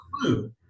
clue